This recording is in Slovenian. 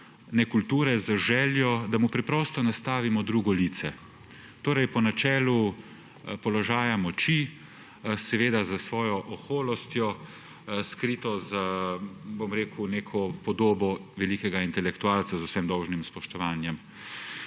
nekulture z željo, da mu preprosto nastavimo drugo lice. Torej po načelu položaja moči, seveda s svojo oholostjo, skrito za neko podobo velikega intelektualca, z vsem dolžnim spoštovanjem.